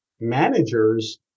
managers